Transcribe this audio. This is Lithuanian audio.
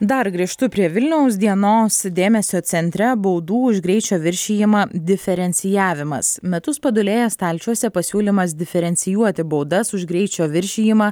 dar grįžtu prie vilniaus dienos dėmesio centre baudų už greičio viršijimą diferencijavimas metus padūlėjęs stalčiuose pasiūlymas diferencijuoti baudas už greičio viršijimą